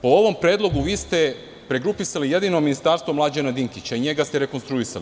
Po ovom predlogu vi ste pregrupisali jedino ministarstvo Mlađana Dinkića i njega ste rekonstruisali.